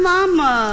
Mama